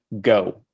go